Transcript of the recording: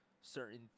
certain